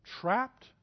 Trapped